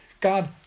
God